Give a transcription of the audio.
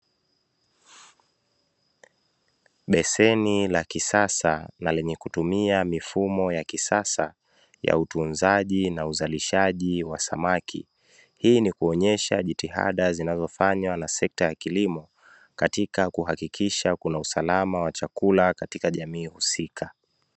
Beseni la kisasa na la lenye kutumia mifumo ya kisasa ya utunzaji na uzalishaji wa samaki, hii ni kuonyesha jitihada zinazofanywa na sekta ya kilimo katika kuhakikisha kuna usalama wa chakula katika jamii husika.